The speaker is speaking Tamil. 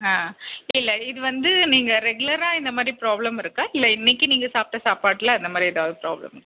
ஆ இல்லை இது வந்து நீங்கள் ரெகுலராக இந்தமாதிரி ப்ராப்ளம் இருக்கா இல்லை இன்றைக்கி நீங்கள் சாப்பிட்ட சாப்பாட்டில் அந்தமாதிரி எதாவது ப்ராப்ளம்